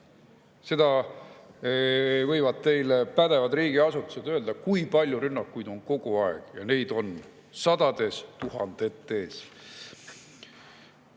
Seda võivad teile pädevad riigiasutused öelda, kui palju rünnakuid on kogu aeg – neid on sadades tuhandetes.